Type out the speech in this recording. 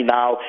now